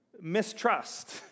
Mistrust